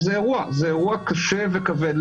זה אירוע, זה אירוע קשה וכבד.